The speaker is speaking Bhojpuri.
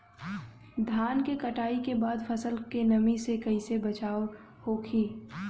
धान के कटाई के बाद फसल के नमी से कइसे बचाव होखि?